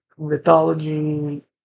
Mythology